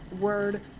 word